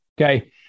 Okay